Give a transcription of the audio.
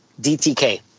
DTK